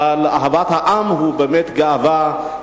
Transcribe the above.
אבל אהבת העם היא באמת גאווה.